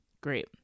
Great